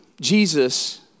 Jesus